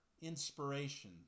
inspiration